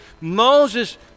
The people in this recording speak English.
Moses